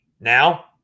now